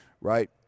right